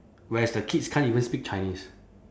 whereas the kids can't even speak chinese